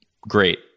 great